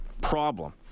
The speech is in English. problem